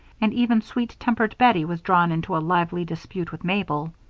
and even sweet-tempered bettie was drawn into a lively dispute with mabel.